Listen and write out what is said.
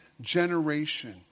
generation